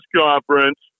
conference